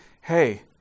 hey